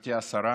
גברתי השרה,